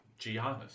Giannis